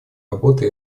работы